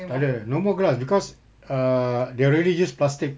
tak ada no more glass because err they already use plastic